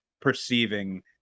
perceiving